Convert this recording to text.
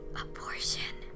abortion